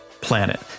planet